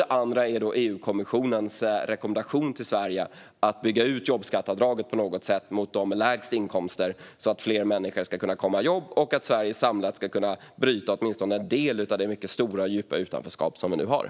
Det andra gäller EU-kommissionens rekommendation till Sverige att bygga ut jobbskatteavdraget på något sätt för dem med lägst inkomster så att fler människor ska kunna komma i jobb och Sverige samlat ska kunna bryta åtminstone en del av det mycket stora och djupa utanförskap som nu finns.